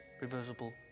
reversible